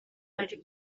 ari